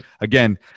again